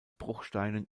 bruchsteinen